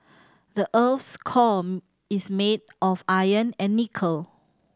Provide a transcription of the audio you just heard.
the earth's core is made of iron and nickel